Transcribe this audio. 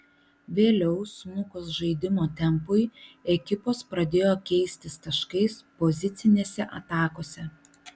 vėliau smukus žaidimo tempui ekipos pradėjo keistis taškais pozicinėse atakose